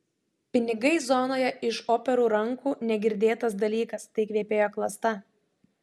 pinigai zonoje iš operų rankų negirdėtas dalykas tai kvepėjo klasta